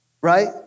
right